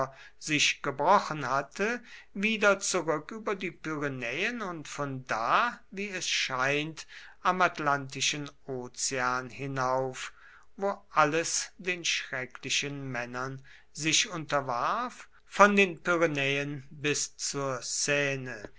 sich gebrochen hatte wieder zurück über die pyrenäen und von da wie es scheint am atlantischen ozean hinauf wo alles den schrecklichen männern sich unterwarf von den pyrenäen bis zur seine